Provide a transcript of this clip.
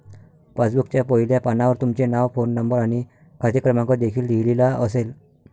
पासबुकच्या पहिल्या पानावर तुमचे नाव, फोन नंबर आणि खाते क्रमांक देखील लिहिलेला असेल